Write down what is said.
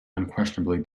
unquestionably